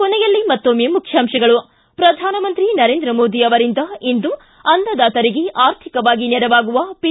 ಕೊನೆಯಲ್ಲಿ ಮತ್ತೊಮ್ಮೆ ಮುಖ್ಯಾಂಶಗಳು ಿ ಶ್ರಧಾನಮಂತ್ರಿ ನರೇಂದ್ರ ಮೋದಿ ಅವರಿಂದ ಇಂದು ಅನ್ನದಾತರಿಗೆ ಆರ್ಥಿಕವಾಗಿ ನೆರವಾಗುವ ಪಿ